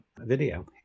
video